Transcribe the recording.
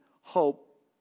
hope